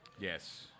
Yes